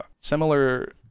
similar